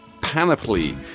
Panoply